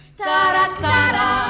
taratara